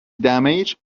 damage